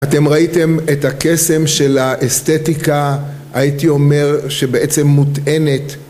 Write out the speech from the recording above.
אתם ראיתם את הקסם של האסתטיקה, הייתי אומר, שבעצם מוטענת